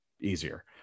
easier